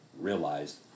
realized